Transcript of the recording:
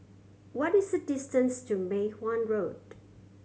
what is the distance to Mei Hwan Road